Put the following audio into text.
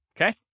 okay